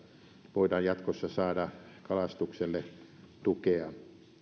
voidaan jatkossa saada kalastukselle tukea